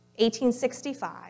1865